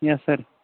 yes sir